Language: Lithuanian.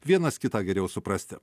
vienas kitą geriau suprasti